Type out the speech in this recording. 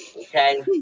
Okay